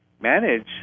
manage